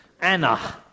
Anna